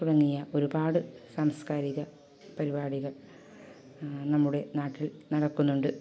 തുടങ്ങിയ ഒരുപാട് സാംസ്കാരിക പരിപാടികൾ നമ്മുടെ നാട്ടിൽ നടക്കുന്നുണ്ട്